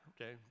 okay